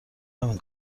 همین